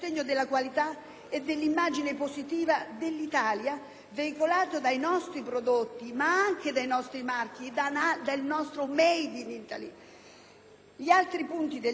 e dell'immagine positiva dell'Italia veicolata dai nostri prodotti, dai nostri marchi, dal nostro *made in Italy*. Gli altri punti del decreto